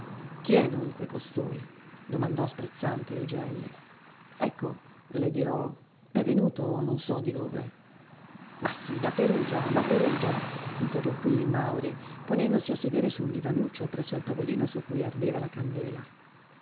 chi è dunque costui domandò sprezzante il gelli ecco le dirò è venuto non so di dove ma sì da perugia da perugia interloquì il mauri ponendosi a sedere su un divanuccio presso al tavolino su cui ardeva la candela